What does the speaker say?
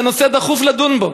וזה נושא דחוף לדון בו,